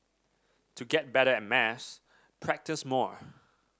to get better at maths practise more